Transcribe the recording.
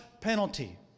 penalty